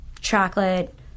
chocolate